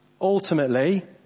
ultimately